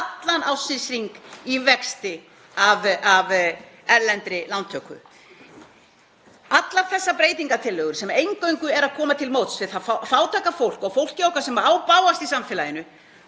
allan ársins hring, í vexti af erlendri lántöku? Allar þessar breytingartillögur sem eingöngu eru að koma til móts við það fátæka fólk og fólkið okkar sem á bágast í samfélaginu